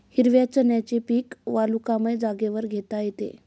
हिरव्या चण्याचे पीक वालुकामय जागेवर घेता येते